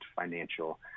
financial